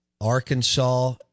Arkansas